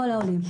כל העולים,